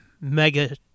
mega